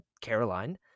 Caroline